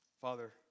Father